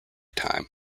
time